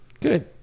Good